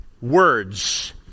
words